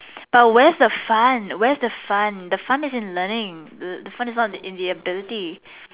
but where's the fun where's the fun the fun is in learning the fun is not in the ability